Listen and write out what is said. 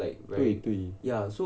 对对